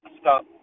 stop